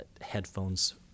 headphones